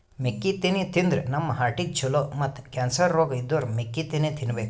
ಮೆಕ್ಕಿತೆನಿ ತಿಂದ್ರ್ ನಮ್ ಹಾರ್ಟಿಗ್ ಛಲೋ ಮತ್ತ್ ಕ್ಯಾನ್ಸರ್ ರೋಗ್ ಇದ್ದೋರ್ ಮೆಕ್ಕಿತೆನಿ ತಿನ್ಬೇಕ್